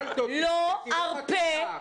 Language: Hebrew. לא ארפה.